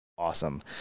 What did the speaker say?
Awesome